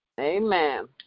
Amen